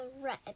Red